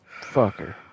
fucker